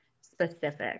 specific